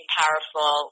powerful